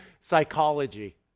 psychology